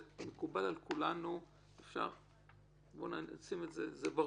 זה מקובל עלינו וזה ברור.